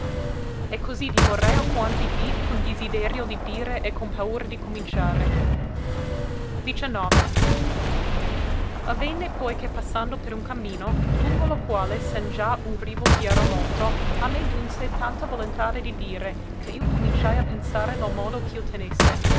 e così dimorai alquanti dì con disiderio di dire e con paura di cominciare vvenne poi che passando per uno cammino lungo lo quale sen gìa uno rivo chiaro molto a me giunse tanta volontade di dire che io cominciai a pensare lo modo ch'io